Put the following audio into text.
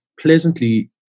pleasantly